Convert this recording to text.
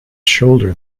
shoulder